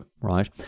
right